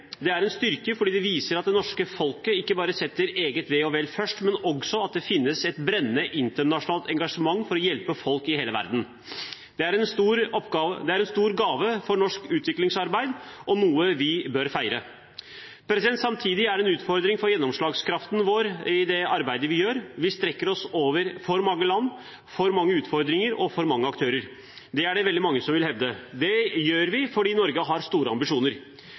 men som en styrke. Det er en styrke fordi det viser at det norske folket ikke bare setter eget ve og vel først, men også at det finnes et brennende internasjonalt engasjement for å hjelpe folk i hele verden. Det er en stor gave for norsk utviklingsarbeid og noe vi bør feire. Samtidig er det en utfordring for gjennomslagskraften i det arbeidet vi gjør. Vi strekker oss over for mange land, for mange utfordringer og for mange aktører. Det er det veldig mange som vil hevde. Det gjør vi fordi Norge har store ambisjoner.